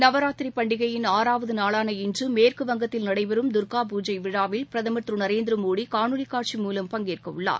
நவராத்திரி பண்டிகையின் ஆறாவது நாளான இன்று மேற்குவங்கத்தில் நடைபெறும் துர்க்காபூஜா விழாவில் பிரதமர் திரு நரேந்திரமோடி காணொலி காட்சி மூலம் பங்கேற்கவுள்ளார்